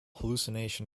hallucination